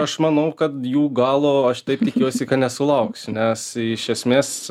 aš manau kad jų galo aš taip tikiuosi kad nesulauksiu nes iš esmės